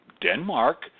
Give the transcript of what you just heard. Denmark